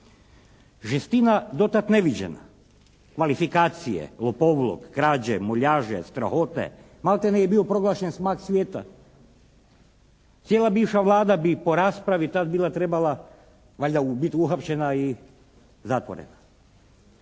Žestina dotad neviđena, kvalifikacije, lopovluk, krađe, muljaže, strahote, maltene je bio proglašen smak svijeta. Cijela bivša Vlada bi po raspravi tad bila trebala valjda bit uhapšena i zatvorena.